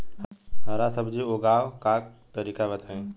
हरा सब्जी उगाव का तरीका बताई?